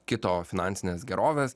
kito finansinės gerovės